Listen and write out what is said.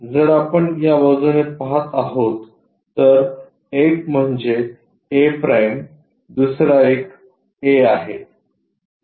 जर आपण या बाजूने पहात आहोत तर एक म्हणजे a' दुसरा एक a आहे